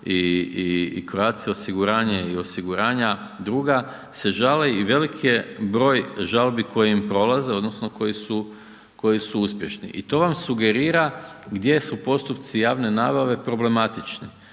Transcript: i Croatia osiguranje i osiguranja druga se žale i velik je broj žalbi kojim im prolaze odnosno koji su uspješni i to vam sugerira gdje su postupci javne nabave problematični,